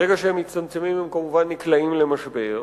ברגע שהם מצטמצמים, הם, כמובן, נקלעים למשבר.